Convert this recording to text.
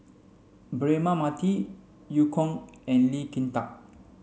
Braema Mathi Eu Kong and Lee Kin Tat